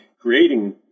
creating